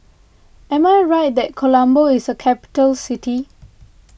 am I right that Colombo is a capital city